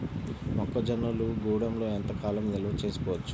మొక్క జొన్నలు గూడంలో ఎంత కాలం నిల్వ చేసుకోవచ్చు?